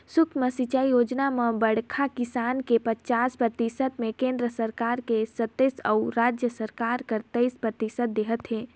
सुक्ष्म सिंचई योजना म बड़खा किसान के पचास परतिसत मे केन्द्र सरकार हर सत्तइस अउ राज सरकार हर तेइस परतिसत देहत है